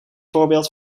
voorbeeld